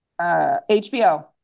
HBO